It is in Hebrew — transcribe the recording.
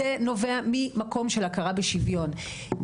זה נובע ממקור של הכרה בשוויון,